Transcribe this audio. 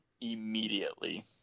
immediately